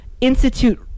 institute